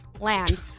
land